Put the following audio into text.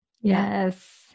Yes